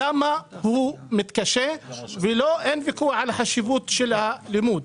למה הוא מתקשה ואין ויכוח על חשיבות הלימוד.